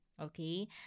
okay